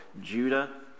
Judah